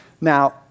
Now